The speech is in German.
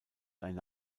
eine